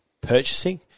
purchasing